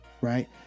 Right